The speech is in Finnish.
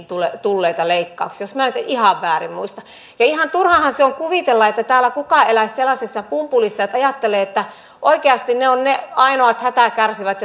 tulleita tulleita leikkauksia jos minä nyt en ihan väärin muista ja ihan turhaahan on kuvitella että täällä kukaan eläisi sellaisessa pumpulissa että ajattelee että oikeasti ne ovat ne ainoat hätää kärsivät